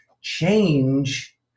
change